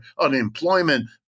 unemployment